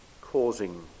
causing